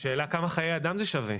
השאלה כמה חיי אדם זה שווה.